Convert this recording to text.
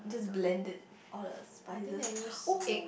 blended all the spices oh